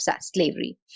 slavery